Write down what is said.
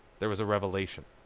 there was a revelation.